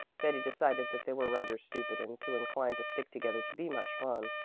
betty decided that they were rather stupid and too inclined to stick together to be much fun.